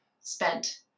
spent